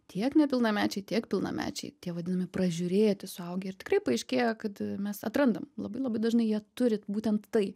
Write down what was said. tiek nepilnamečiai tiek pilnamečiai tie vadinami pražiūrėti suaugę ir tikrai paaiškėja kad mes atrandam labai labai dažnai jie turi būtent tai